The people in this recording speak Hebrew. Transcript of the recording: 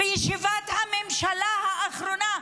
בישיבת הממשלה האחרונה,